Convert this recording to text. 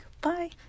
bye